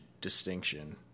distinction